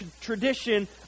tradition